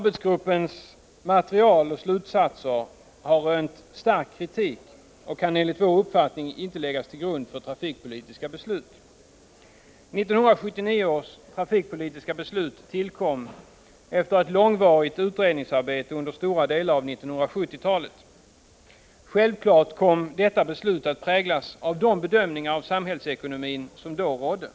Arbetsgruppens material och slutsatser har rönt stark kritik och kan enligt vår uppfattning inte läggas till grund för trafikpolitiska beslut. 1979 års trafikpolitiska beslut tillkom efter ett långvarigt utredningsarbete under stora delar av 1970-talet. Självfallet kom detta beslut att präglas av de bedömningar av samhällsekonomin som då gjordes.